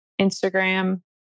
Instagram